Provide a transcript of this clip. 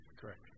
Correct